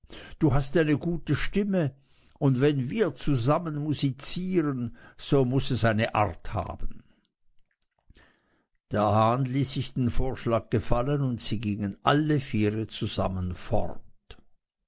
du hast eine gute stimme und wenn wir zusammen musizieren so muß es eine art haben der hahn ließ sich den vorschlag gefallen und sie gingen alle viere zusammen fort